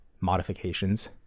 modifications